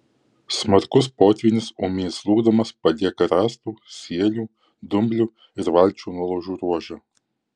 smarkus potvynis ūmiai atslūgdamas palieka rąstų sielių dumblių ir valčių nuolaužų ruožą